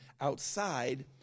outside